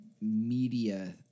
media